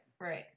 right